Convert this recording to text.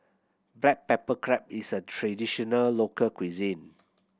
black pepper crab is a traditional local cuisine